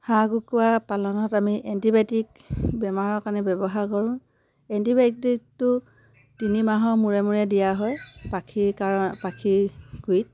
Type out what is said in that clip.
হাঁহ কুকুৰা পালনত আমি এণ্টিবায়'টিক বেমাৰৰ কাৰণে ব্যৱহাৰ কৰোঁ এণ্টিবায়'টিকটো তিনিমাহৰ মূৰে মূৰে দিয়া হয় পাখীৰ কাৰণ পাখীৰ গুৰিত